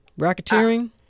Racketeering